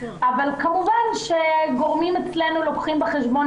אבל כמובן שגורמים אצלנו לוקחים בחשבון